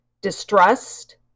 distrust